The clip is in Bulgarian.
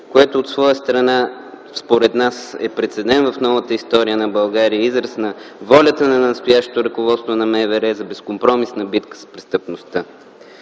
което от своя страна, според нас, е прецедент в новата история на България и израз на волята на настоящото ръководство на МВР за безкомпромисна битка с престъпността,